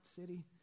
city